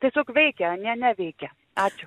tiesiog veikia anie neveikia ačiū